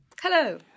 Hello